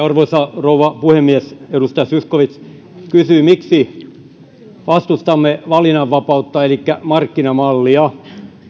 arvoisa rouva puhemies edustaja zyskowicz kysyitte miksi vastustamme valinnanvapautta elikkä markkinamallia